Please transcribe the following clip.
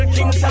King